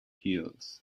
hills